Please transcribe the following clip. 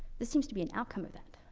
this seems to be an outcome of that.